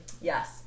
Yes